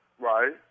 Right